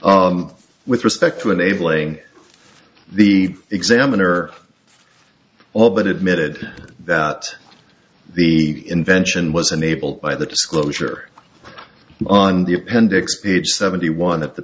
enabling with respect to enabling the examiner all but it made it that the invention was unable the disclosure on the appendix page seventy one that the